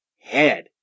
head